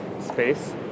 space